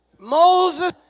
Moses